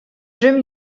jeux